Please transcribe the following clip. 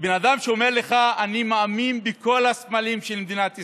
שבן אדם שאומר לך: אני מאמין בכל הסמלים של מדינת ישראל,